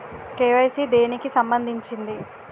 KYC దేనికి సంబందించింది?